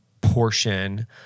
portion